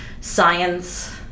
science